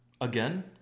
again